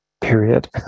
period